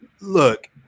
look